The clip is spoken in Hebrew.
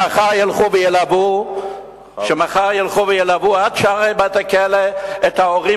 שמחר ילכו וילוו עד שערי בית-הכלא את ההורים